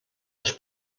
les